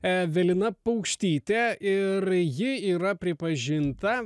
evelina paukštytė ir ji yra pripažinta